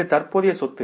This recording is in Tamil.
இது தற்போதைய சொத்து